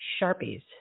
Sharpies